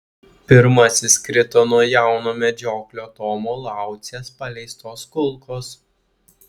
pirmasis krito nuo jauno medžioklio tomo laucės paleistos kulkos